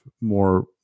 more